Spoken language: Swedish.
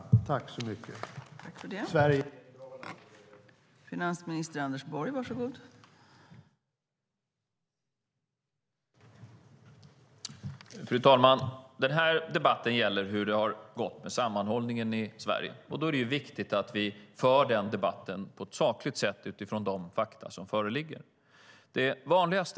Sverige är ett bra land att leva i.